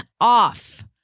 off